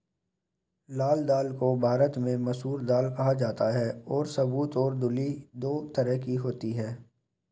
लाल दाल को भारत में मसूर दाल कहा जाता है और साबूत और धुली दो तरह की होती है